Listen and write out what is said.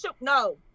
no